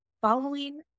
following